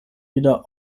wieder